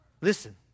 Listen